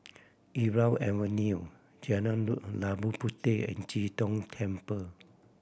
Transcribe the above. Irau Avenue Jalan Labu Puteh and Chee Tong Temple